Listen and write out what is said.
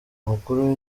umukuru